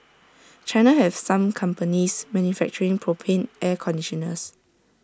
China has some companies manufacturing propane air conditioners